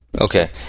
Okay